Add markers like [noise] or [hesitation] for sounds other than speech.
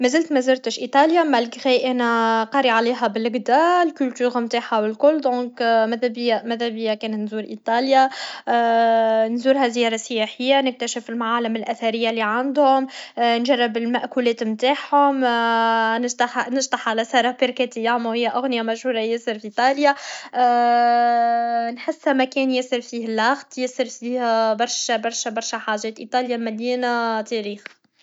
مزال مزرتش إيطاليا ملغري انا قارية عليها بلجدا الكلتور نتاعها و الكل دونك مدابيا مذابيا كان نزور إيطاليا [hesitation] نزورها زيارة سياحية نكتشف المعالم الاثرية لي عندهم نجرب الماكولات نتاعهم [hesitation] نشطح على ساركركاتي ياما و هي اغنية مشهورة ياسر في ايطاليا [hesitation] نحسها مكان ياسر فيه اللارت ياسر فيه برشا برشا حاجات ايطاليا مليانة تاريخ